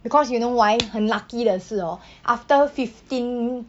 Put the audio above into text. because you know why 很 lucky 的是 hor after fifteen